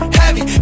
heavy